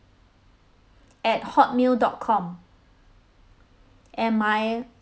at hotmail dot com and my